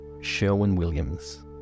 Sherwin-Williams